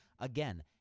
Again